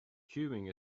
queuing